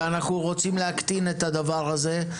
אנחנו רוצים להקטין את הדבר הזה.